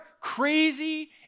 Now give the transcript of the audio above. crazy